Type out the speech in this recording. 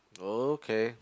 okay